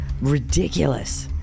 ridiculous